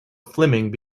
fleming